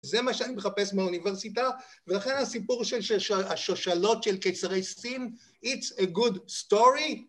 זה מה שאני מחפש מהאוניברסיטה, ולכן הסיפור של השושלות של קיסרי סין, it's a good story.